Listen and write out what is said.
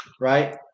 Right